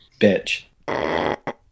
Bitch